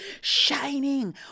shining